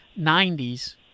90s